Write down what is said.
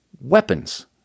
weapons